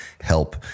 help